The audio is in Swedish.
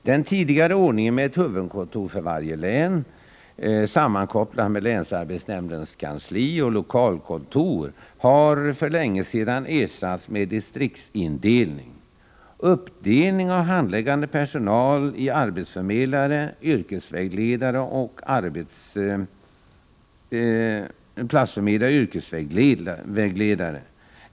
Den tidigare ordningen med ett huvudkontor för varje län — sammankopplat med länsarbetsnämndens kansli — och lokalkontor har för länge sedan ersatts med en distriktsindelning. Uppdelningen av handläggande personal i arbetsförmedlare, yrkesvägledare och arbetsvårdare har ersatts av platsförmedlare och arbetsvägledare.